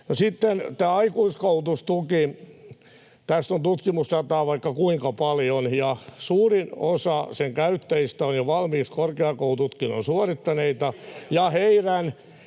sitten tämä aikuiskoulutustuki: Tästä on tutkimusdataa vaikka kuinka paljon. Suurin osa sen käyttäjistä on jo valmiiksi korkeakoulututkinnon suorittaneita,